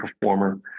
performer